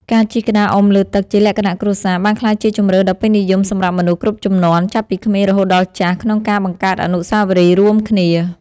ការជិះក្តារអុំលើទឹកជាលក្ខណៈគ្រួសារ បានក្លាយជាជម្រើសដ៏ពេញនិយមសម្រាប់មនុស្សគ្រប់ជំនាន់ ចាប់ពីក្មេងរហូតដល់ចាស់ ក្នុងការបង្កើតអនុស្សាវរីយ៍រួមគ្នា។